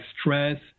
stress